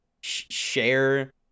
share